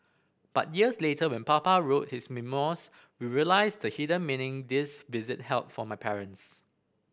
but years later when Papa wrote his memoirs we realised the hidden meaning this visit held for my parents